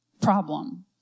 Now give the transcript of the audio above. problem